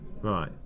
right